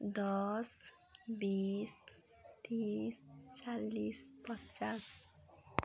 दस बिस तिस चालिस पचास